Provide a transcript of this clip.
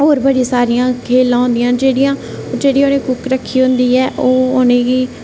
होर बड़ी सारियां खेलां होंदी ऐ ओह् जेह्ड़ी जेह्ड़ी उ'नें कुक रक्खी दी होंदी ऐ ओह्